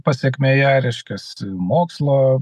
pasekmėje reiškias mokslo